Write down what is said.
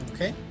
Okay